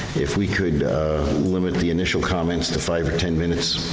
if we could limit the initial comments to five or ten minutes